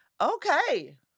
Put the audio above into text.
Okay